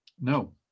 no